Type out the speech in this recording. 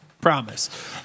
promise